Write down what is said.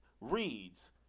reads